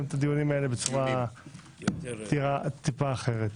את הדיונים האלה בצורה טיפה אחרת.